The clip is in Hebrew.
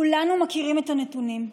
כולנו מכירים את הנתונים: